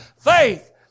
Faith